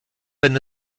wenn